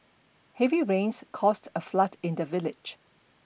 heavy rains caused a flood in the village